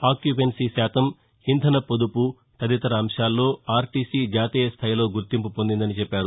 occupancy శాతం ఇంధన పొదుపు తదితర అంశాల్లో ఆర్ టీ సి జాతీయ స్థాయిలో గుర్తింపు పొందిందని చెప్పారు